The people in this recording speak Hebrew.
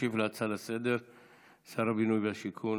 ישיב על ההצעה לסדר-היום שר הבינוי והשיכון,